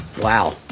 wow